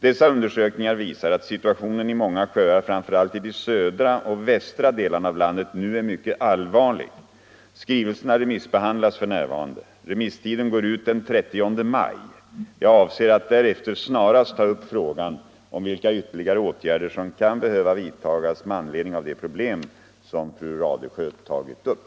Dessa undersökningar visar att situationen i många sjöar, framför allt i de södra och västra delarna av landet, nu är mycket allvarlig. Skrivelserna remissbehandlas f.n. Re misstiden går ut den 30 maj. Jag avser att därefter snarast ta upp frågan om vilka ytterligare åtgärder som kan behöva vidtagas med anledning av de problem som fru Radesjö tagit upp.